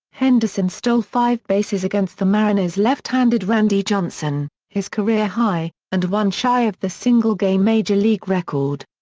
henderson stole five bases against the mariners' left-handed randy johnson, his career high, and one shy of the single-game major league record.